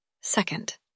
Second